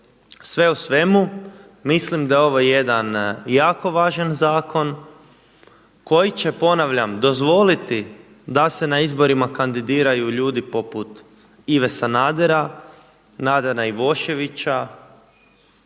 Sve u svemu mislim da je ovo jedan jako važan zakon koji će, ponavljam, dozvoliti da se na izborima kandidiraju ljudi poput Ive Sanadera, Nadana Ivoševića,